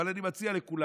אבל אני מציע לכולם,